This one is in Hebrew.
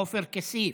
עופר כסיף.